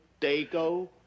Dago